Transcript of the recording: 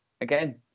Again